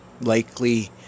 likely